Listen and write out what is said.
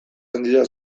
handia